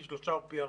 פי שלושה או פי ארבעה.